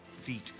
Feet